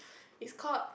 is called